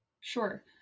Sure